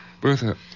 Bertha